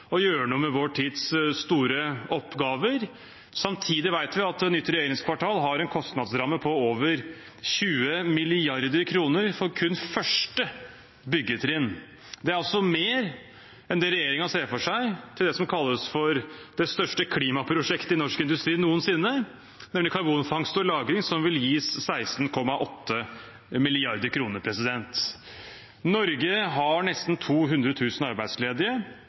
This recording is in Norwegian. å gjøre noe med vår tids store oppgaver. Samtidig vet vi at nytt regjeringskvartal har en kostnadsramme på over 20 mrd. kr for kun første byggetrinn. Det er altså mer enn det regjeringen ser for seg til det som kalles for det største klimaprosjektet i norsk industri noensinne, nemlig karbonfangst og -lagring, som vil gis 16,8 mrd. kr. Norge har nesten 200 000 arbeidsledige.